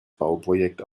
bauprojekt